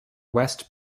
west